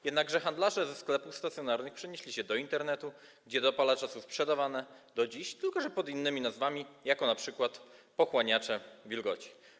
Jednakże handlarze ze sklepów stacjonarnych przenieśli się do Internetu, gdzie dopalacze są sprzedawane do dziś, tylko że pod innymi nazwami, jako np. pochłaniacze wilgoci.